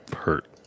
hurt